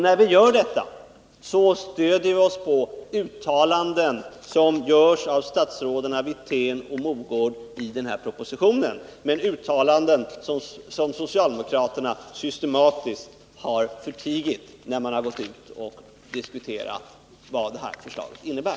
När vi säger detta stöder vi oss på uttalanden som görs av statsråden Wirtén och Mogård i den här propositionen -— uttalanden som socialdemokraterna systematiskt har förtigit när de har gått ut och diskuterat vad det här förslaget innebär.